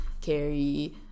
Carrie